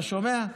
אתה שומע?